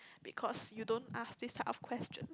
because you don't ask this type of questions